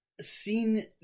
seen